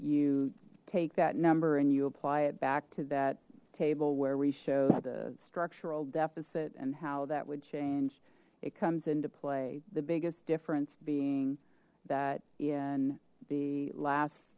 you take that number and you apply it back to that table where we show the structural deficit and how that would change it comes into play the biggest difference being that in the last